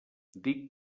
dic